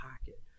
pocket